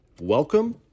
Welcome